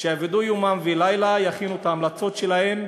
ויעבדו יומם ולילה, יכינו את ההמלצות שלהן,